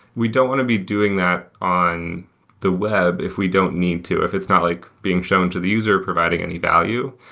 we don't want to be doing that on the web if we don't need to, if it's not like being shown to the user providing any value.